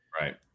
Right